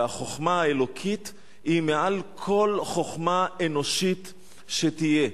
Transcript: והחוכמה האלוקית היא מעל כל חוכמה אנושית שתהיה.